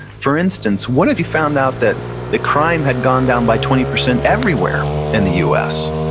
for instance, what if you found out that the crime had gone down by twenty percent everywhere in the us?